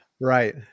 right